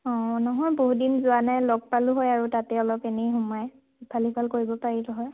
অঁ নহয় বহুত দিন যোৱা নাই লগ পালোঁ হৈ আৰু তাতে অলপ এনেই সোমাই ইফাল সিফাল কৰিব পাৰিলোঁ হৈ